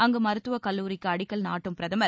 அங்கு மருத்துவக் கல்லூரிக்கு அடிக்கல் நாட்டும் பிரதமர்